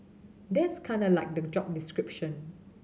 that's kinda like the job description